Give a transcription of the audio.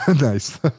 nice